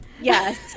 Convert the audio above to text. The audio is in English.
Yes